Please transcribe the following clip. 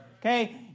Okay